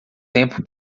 tempo